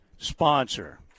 sponsor